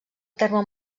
terme